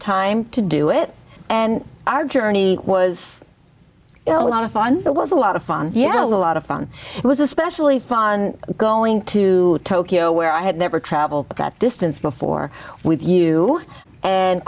time to do it and our journey was a lot of fun it was a lot of fun yet a lot of fun was especially fun going to tokyo where i had never travel that distance before with you